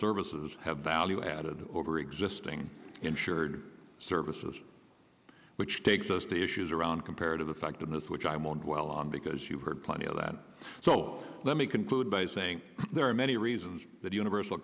services have value added over existing insured services which takes us to issues around comparative effectiveness which i won't dwell on because you've heard plenty of that so let me conclude by saying there are many reasons that universal